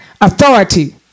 authority